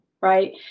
Right